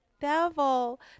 devil